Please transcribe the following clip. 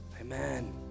amen